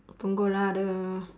punggol lah !duh!